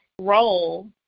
role